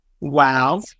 Wow